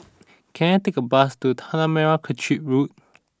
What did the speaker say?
can I take a bus to Tanah Merah Kechil Road